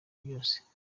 byose